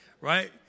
right